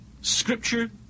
scripture